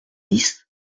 dix